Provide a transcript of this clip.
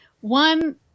One